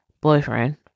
boyfriend